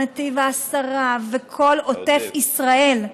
נתיב העשרה וכל עוטף ישראל,